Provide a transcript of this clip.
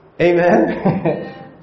Amen